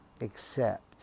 accept